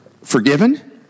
forgiven